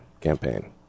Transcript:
campaign